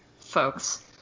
folks